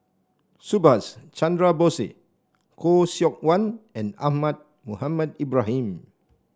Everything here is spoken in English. Subhas Chandra Bose Khoo Seok Wan and Ahmad Mohamed Ibrahim